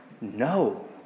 No